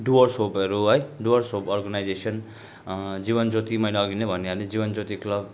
डुवर्स होपहरू है Dooars Hope Organisation Jeevan Jyoti मैले अघि नै भनी हालेँ जीवन ज्योति क्लब